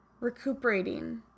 recuperating